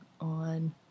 on